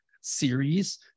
series